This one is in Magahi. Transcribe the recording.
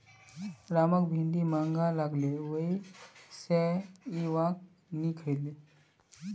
रामक भिंडी महंगा लागले वै स उइ वहाक नी खरीदले